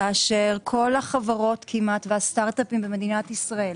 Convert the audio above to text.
כאשר כל החברות והסטארט אפים במדינת ישראל